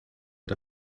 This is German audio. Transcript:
der